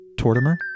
Tortimer